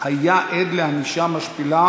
היה עד לענישה משפילה